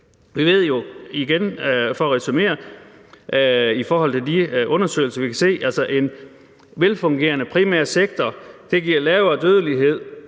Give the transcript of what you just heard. Vi kan jo – igen for at resumere – i forhold til de undersøgelser, der er, se, at en velfungerende primær sektor giver lavere dødelighed,